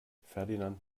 ferdinand